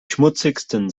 schmutzigsten